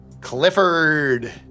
Clifford